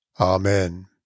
Amen